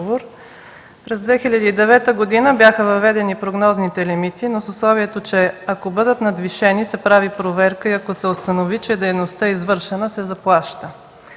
През 2009 г. бяха въведени прогнозните лимити, но с условието, че ако бъдат надвишени се прави проверка и ако се установи, че дейността е извършена се заплаща.